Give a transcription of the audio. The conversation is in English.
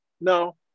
no